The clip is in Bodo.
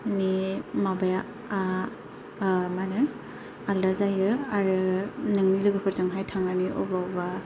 नि माबाया आ मा होनो आल्दा जायो आरो नोंनि लोगोफोरजोंहाय थांनानै अबबा अबबा